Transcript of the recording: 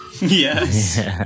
yes